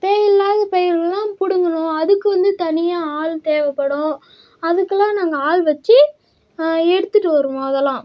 தேவை இல்லாத பயிர்களெல்லாம் பிடுங்கணும் அதுக்கு வந்து தனியாக ஆள் தேவைப்படும் அதுக்கெல்லாம் நாங்கள் ஆள் வச்சு எடுத்துகிட்டு வருவோம் அதெல்லாம்